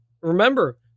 Remember